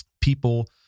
people